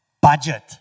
Budget